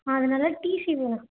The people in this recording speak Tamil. அதனால் டிசி வேணும்